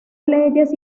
leyes